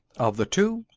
of the two,